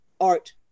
art